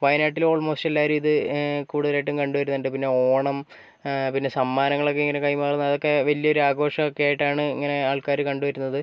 വയനാട്ടിൽ ഓൾമോസ്റ്റ് എല്ലാവരും ഇത് കൂടുതലായിട്ടും കണ്ടുവരുന്നുണ്ട് പിന്നെ ഓണം പിന്നെ സമ്മാനങ്ങളൊക്കെ ഇങ്ങനെ കൈമാറുന്ന അതൊക്കെ വലിയൊരു ആഘോഷമൊക്കെ ആയിട്ടാണ് ഇങ്ങനെ ആൾക്കാർ കണ്ടുവരുന്നത്